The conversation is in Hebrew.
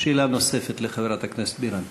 שאלה נוספת לחברת הכנסת בירן.